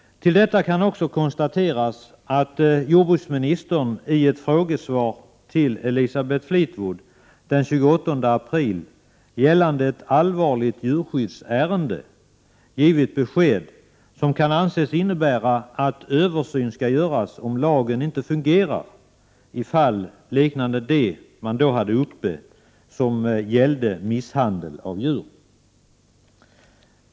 Till detta kan läggas att jordbruksministern i ett frågesvar till Elisabeth Fleetwood den 28 april gällande ett allvarligt djurskyddsärende givit besked som kan tolkas så, att en översyn skall göras om lagen inte fungerar i fall liknande det som man då diskuterade. Det gällde misshandel av djur.